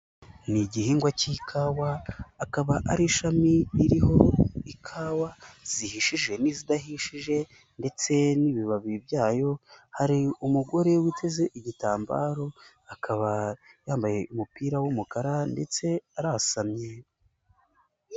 Ni igihingwa cy'ikawa akaba ari ishami ririho ikawa zihishije n'izidahishije ndetse n'ibibabi byayo, hari umugore witeze igitambaro, akaba yambaye umupira w'umukara ndetse arasamye.